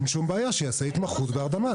אין שום בעיה, שיעשה התמחות בהרדמה.